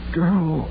girl